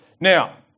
Now